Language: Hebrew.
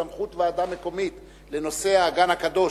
בסמכות ועדה מקומית לנושא האגן הקדוש.